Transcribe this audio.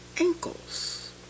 ankles